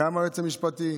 גם יועץ משפטי,